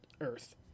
earth